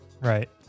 right